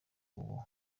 ubu